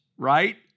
right